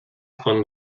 font